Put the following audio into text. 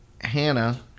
Hannah